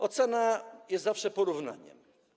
Ocena jest zawsze porównaniem.